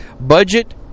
budget